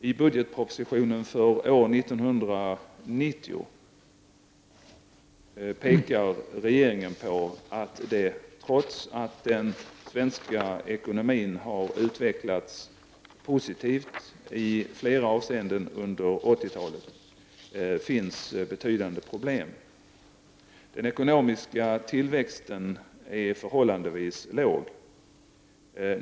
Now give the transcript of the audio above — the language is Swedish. I budgetpropositionen för år 1990 pekar regeringen på att det, trots att den svenska ekonomin har utvecklats positivt i flera avseenden under 1980-talet, finns betydande problem. Den ekonomiska till växten är förhållandevis låg.